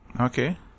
Okay